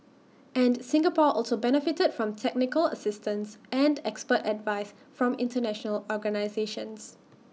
and Singapore also benefited from technical assistance and expert advice from International organisations